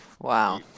wow